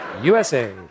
USA